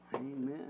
amen